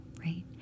Right